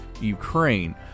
Ukraine